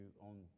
on